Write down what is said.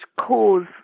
cause